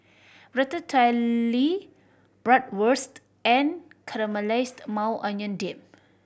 Ratatouille Bratwurst and Caramelized Maui Onion Dip